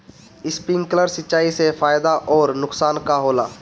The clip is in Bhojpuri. स्पिंकलर सिंचाई से फायदा अउर नुकसान का होला?